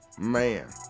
man